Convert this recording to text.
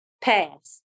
pass